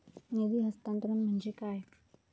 निधी हस्तांतरण म्हणजे काय?